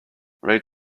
read